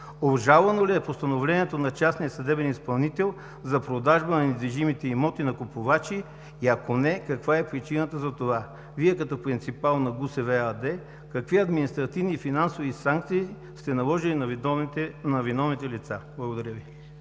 Обжалвано ли е постановлението на частния съдебен изпълнител за продажба на недвижимите имоти на купувачи и, ако не, каква е причината за това? Вие като принципал на ГУСВ ¬¬– ЕАД, какви административни и финансови санкции сте наложили на виновните лица? Благодаря Ви.